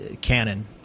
canon